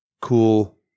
cool